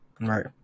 right